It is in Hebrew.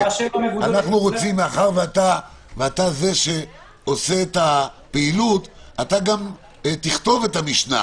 מאחר שאתה עושה את הפעילות, גם תכתוב את המשנה.